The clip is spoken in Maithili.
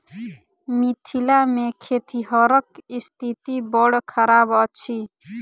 मिथिला मे खेतिहरक स्थिति बड़ खराब अछि